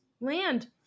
land